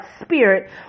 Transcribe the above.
spirit